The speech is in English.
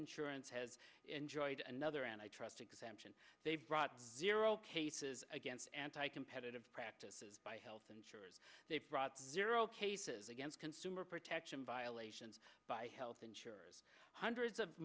insurance has enjoyed another and i trust exemption they've brought zero cases against anti competitive practices by health insurers they've brought zero cases against consumer protection violations by health insurers hundreds of